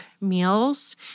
meals